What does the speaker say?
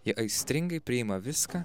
ji aistringai priima viską